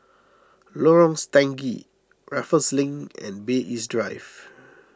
Lorong Stangee Raffles Link and Bay East Drive